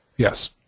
Yes